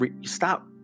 stop